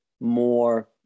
more